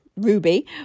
ruby